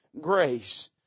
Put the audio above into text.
grace